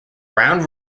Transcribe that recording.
round